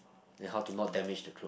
and how to not damage the clothes